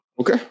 Okay